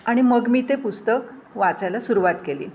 आणि मग मी ते पुस्तक वाचायला सुरूवात केली